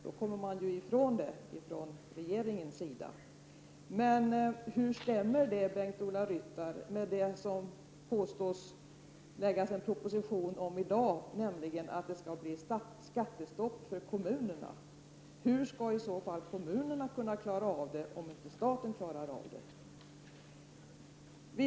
Då kommer ju regeringen ifrån detta ansvar. Men, Bengt-Ola Ryttar, hur stämmer detta med den proposition som skall framläggas i dag om ett skattestopp för kommunerna? Hur skall i så fall kommunerna kunna klara detta om inte staten kan klara det?